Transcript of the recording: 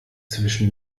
zwischen